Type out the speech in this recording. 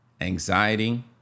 anxiety